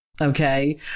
Okay